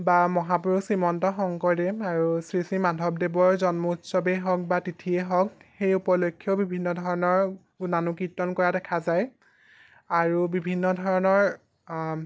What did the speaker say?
বা মহাপুৰুষ শ্ৰীমন্ত শংকৰদেৱ আৰু শ্ৰী শ্ৰী মাধৱদেৱৰ জন্মোৎসৱেই হওক বা তিথিয়ে হওক সেই উপলক্ষ্যেও বিভিন্ন ধৰণৰ গুণানুকীৰ্তন কৰা দেখা যায় আৰু বিভিন্ন ধৰণৰ